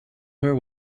her